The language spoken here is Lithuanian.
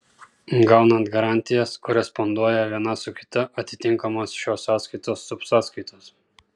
gaunant garantijas koresponduoja viena su kita atitinkamos šios sąskaitos subsąskaitos